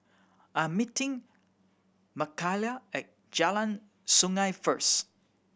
I'm meeting Mckayla at Jalan Sungei first